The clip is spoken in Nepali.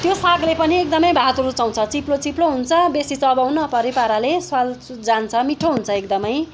त्यो सागले पनि एकदमै भात रुचाउँछ चिप्लो चिप्लो हुन्छ बेसी चबाउन नपर्ने पाराले स्वाल सुत जान्छ मिठो हुन्छ एकदमै